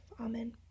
Amen